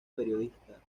periodista